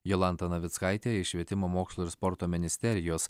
jolanta navickaitė iš švietimo mokslo ir sporto ministerijos